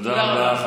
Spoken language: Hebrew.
תודה רבה.